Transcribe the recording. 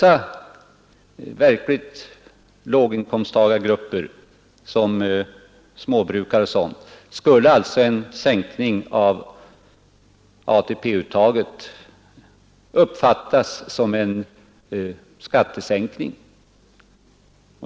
Av grupper som småbrukare, som verkligen har låga inkomster, skulle en sänkning av ATP-uttaget uppfattas som en skattesänkning.